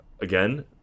Again